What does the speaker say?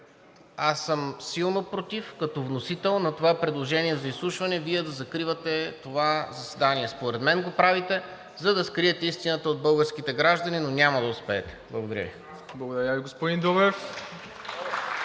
аз съм силно против като вносител на това предложение за изслушване Вие да закривате това заседание. Според мен го правите, за да скриете истината от българските граждани, но няма да успеете. Благодаря Ви. (Ръкопляскания